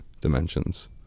dimensions